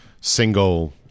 single